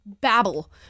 babble